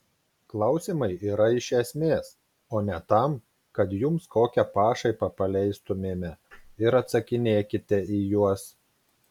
klausimai yra iš esmės o ne tam kad jums kokią pašaipą paleistumėme ir atsakinėkite į juos